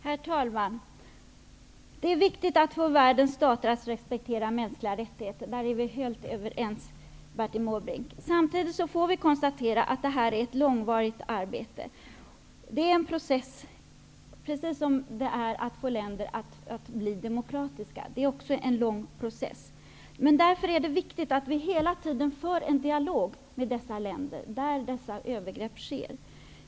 Herr talman! Det är viktigt att få världens stater att respektera mänskliga rättigheter. Om det är vi helt överens, Bertil Måbrink. Samtidigt får vi konstatera att det är ett långvarigt arbete. Det är en process, precis som det är att få länder att bli demokratiska. Därför är det viktigt att vi hela tiden för en dialog med de länder där övergrepp sker.